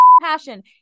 passion